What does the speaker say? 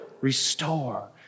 restore